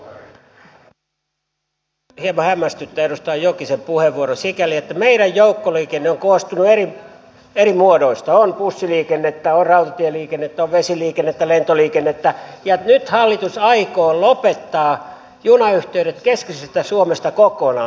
hieman hämmästyttää edustaja jokisen puheenvuoro sikäli että meidän joukkoliikenne on koostunut eri muodoista on bussiliikennettä on rautatieliikennettä on vesiliikennettä lentoliikennettä ja nyt hallitus aikoo lopettaa junayhteydet keskisestä suomesta kokonaan